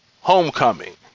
Homecoming